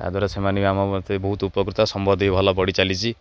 ତାଦ୍ୱାରା ସେମାନେ ବି ଆମ ମୋତେ ବହୁତ ଉପକୃତ ସମ୍ବନ୍ଧ ବି ଭଲ ବଢ଼ି ଚାଲିଛି